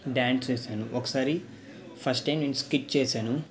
dance వేసాను ఒకసారి first time నేను స్కిట్ చేసాను